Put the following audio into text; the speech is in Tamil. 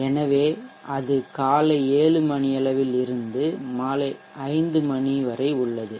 எனவே அது காலை 7 மணியளவில் இருந்து மாலை 500 மணி வரை உள்ளது